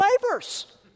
flavors